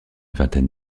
vingtaine